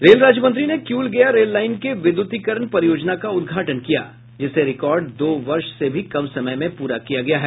rail राज्य मंत्री ने किऊल गया रेल लाईन के विद्युतीकरण परियोजना का उद्घाटन किया जिसे रिकॉर्ड दो वर्ष से भी कम समय में पूरा किया गया है